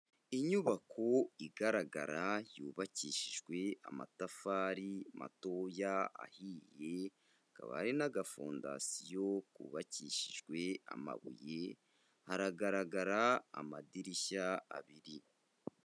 Inyubako igaragara yubakishijwe amatafari matoya ahiye, hakaba hari n'agafondasiyo kubakishijwe amabuye, hagaragara amadirishya abiri.